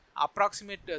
approximate